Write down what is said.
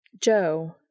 Joe